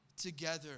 together